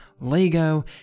Lego